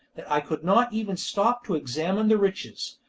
that i could not even stop to examine the riches,